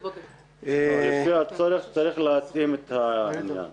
לפי הצורך, צריך להתאים את העניין.